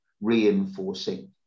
reinforcing